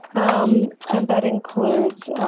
um and that includes